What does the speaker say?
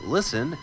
Listen